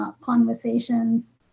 conversations